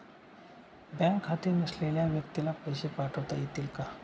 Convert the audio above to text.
Bank खाते नसलेल्या व्यक्तीला पैसे पाठवता येतील का?